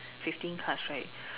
fifteen cards right